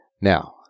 Now